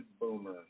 Boomer